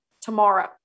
tomorrow